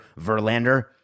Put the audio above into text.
Verlander